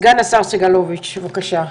סגן השר סגלוביץ', בבקשה.